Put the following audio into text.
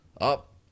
up